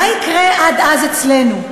מה יקרה עד אז אצלנו?